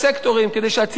כדי שהציבור הזה,